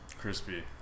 Crispy